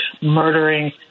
murdering